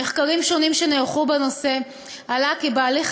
במחקרים שונים שנערכו בנושא עלה כי בהליך